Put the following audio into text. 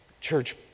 Church